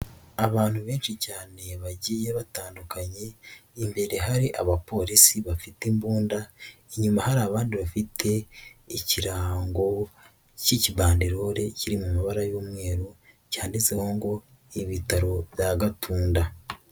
Abantu benshi cyane bagiye batandukanye, imbere hari abapolisi bafite imbunda, inyuma hari abandi bafite ikirango cy'ikibanderole, kiri mu mabara y'umweru, cyanditseho ngo ibitaro bya Gatunda.